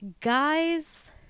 Guys